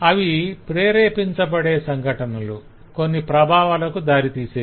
అవి ప్రేరేపించపడే సంఘటనలు కొన్ని ప్రభావాలకు దారితీసేవి